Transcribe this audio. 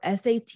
SAT